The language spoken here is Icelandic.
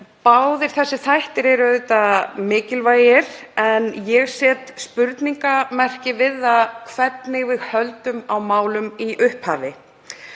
Báðir þessir þættir eru auðvitað mikilvægir en ég set spurningarmerki við það hvernig við höldum á málum í upphafi.